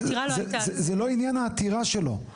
העתירה לא הייתה על זה.